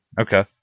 Okay